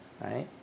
right